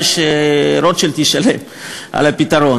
ושרוטשילד ישלם על הפתרון.